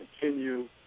continue